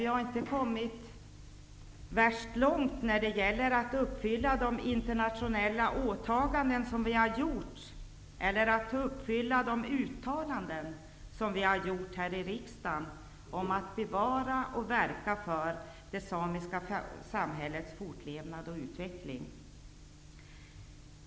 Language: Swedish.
Vi har inte kommit så värst långt när det gäller att uppfylla våra internationella åtaganden eller att leva upp till riksdagens uttalanden om att man skall bevara och verka för det samiska samhällets fortlevnad och utveckling.